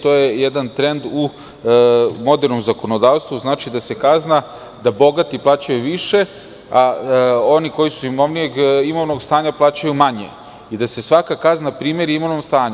To je jedan trend modernog zakonodavstva, a to znači da bogati plaćaju više, a oni koji su imovnijeg imovnog stanja plaćaju manje i da se svaka kazna primeri imovnom stanju.